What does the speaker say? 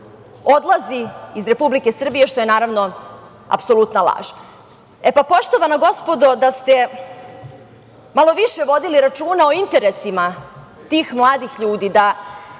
odlaze iz Republike Srbije, što je naravno apsolutna laž. Poštovana gospodo, da ste malo više vodili računa o interesima tih mladih ljudi,